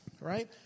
Right